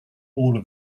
all